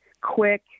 quick